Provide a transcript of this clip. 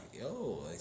yo